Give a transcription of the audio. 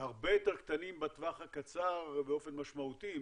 הרבה יותר קטנים בטווח הקצר באופן משמעותי,